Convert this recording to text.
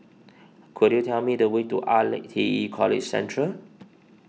could you tell me the way to R lac T E College Central